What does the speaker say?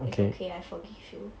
it's okay I forgive you